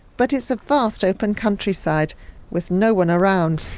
but it's a vast open countryside with no one around.